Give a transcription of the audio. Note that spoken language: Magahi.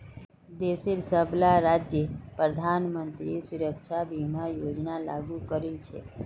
देशेर सबला राज्यत प्रधानमंत्री सुरक्षा बीमा योजना लागू करील छेक